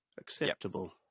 Acceptable